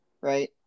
right